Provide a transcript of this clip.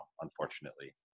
unfortunately